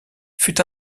fut